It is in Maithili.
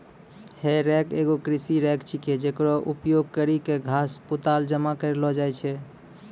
हे रेक एगो कृषि रेक छिकै, जेकरो उपयोग करि क घास, पुआल जमा करलो जाय छै